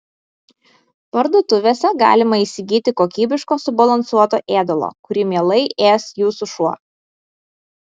parduotuvėse galima įsigyti kokybiško subalansuoto ėdalo kurį mielai ės jūsų šuo